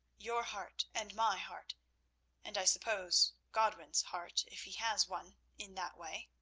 your heart and my heart and, i suppose, godwin's heart, if he has one in that way.